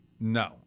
No